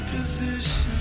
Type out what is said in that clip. position